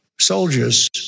Soldiers